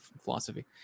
philosophy